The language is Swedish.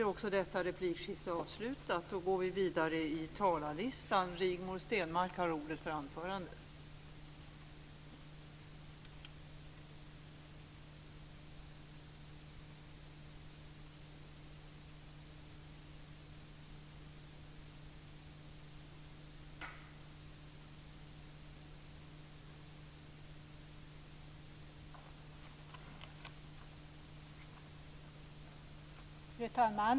Fru talman!